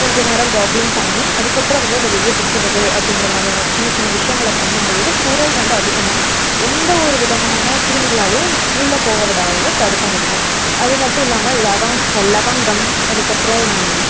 கொஞ்சம் நேரம் கோக்லிங் பண்ணி அதுக்கப்புறம் வந்து அதை வெளியே துப்புவது அப்படிங்கிற மாதிரியான ஒரு சின்ன சின்ன விஷயங்கள பண்ணும்போது குரல் வந்து அதிகமாக எந்த ஒரு விதமான கிருமிகளாலும் உள்ளே போக விடாது தடுக்க முடியும் அது மட்டும் இல்லாமல் லவாஹல் லவங்கம் அதுக்கப்புறம்